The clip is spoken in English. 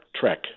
Trek